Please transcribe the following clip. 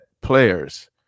players